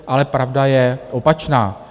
Ale pravda je opačná.